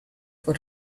what